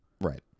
Right